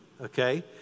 okay